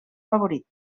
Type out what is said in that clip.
favorit